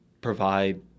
provide